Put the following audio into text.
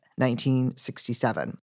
1967